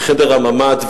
בחדר הממ"ד,